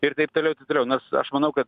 ir taip toliau taip toliau nors aš manau kad